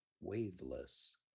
waveless